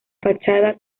fachada